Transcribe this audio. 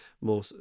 more